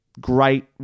Great